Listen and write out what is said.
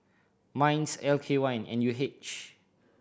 MINDS L K Y N U H